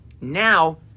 now